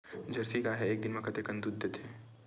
Jersey गाय ह एक दिन म कतेकन दूध देथे?